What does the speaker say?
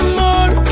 more